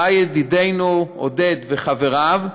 בא ידידנו עודד, וחבריו,